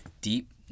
deep